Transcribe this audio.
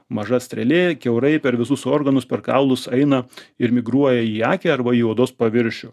maža strėlė kiaurai per visus organus per kaulus eina ir migruoja į akį arba į odos paviršių